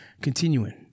Continuing